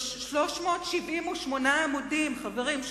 378 עמודים, חברים.